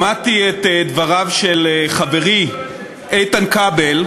שמעתי את דבריו של חברי איתן כבל,